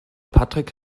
patrick